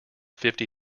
fifty